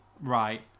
right